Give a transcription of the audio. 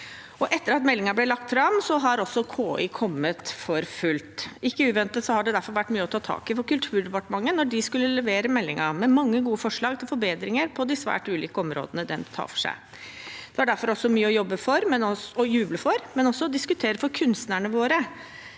Etter at meldingen ble lagt fram, har også KI kommet for fullt. Ikke uventet har det derfor vært mye å ta tak i for Kulturdepartementet når de skulle levere meldingen med mange gode forslag til forbedringer på de svært ulike områdene den tar for seg. Det var derfor mye å juble for, men også å diskutere for kunstnerne våre